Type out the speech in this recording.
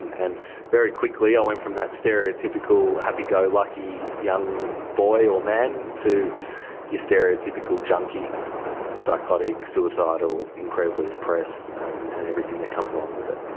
and very quickly i went from that stereotypical happy-go-lucky young boy or man to your stereotypical junkie psychotic, suicidal, incredibly depressed and and everything that comes along with it.